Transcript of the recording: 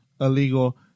illegal